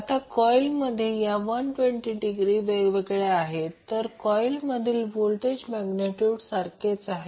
आता कॉइल या 120 डिग्री वेगवेगळ्या आहेत तर कॉइल मधील व्होल्टेज मॅग्नेट्यूड सारखेच आहे